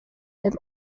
and